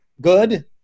good